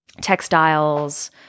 textiles